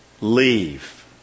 leave